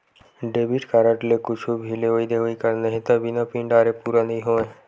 debit card ले कुछु भी लेवइ देवइ करना हे त बिना पिन डारे पूरा नइ होवय